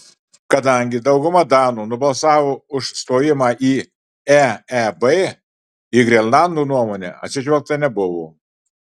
kadangi dauguma danų nubalsavo už stojimą į eeb į grenlandų nuomonę atsižvelgta nebuvo